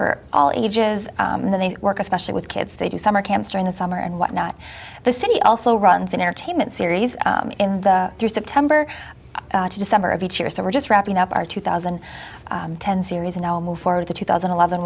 for all ages and they work especially with kids they do summer camps during the summer and whatnot the city also runs an entertainment series in the september to december of each year so we're just wrapping up our two thousand and ten series and i'll move forward to two thousand and eleven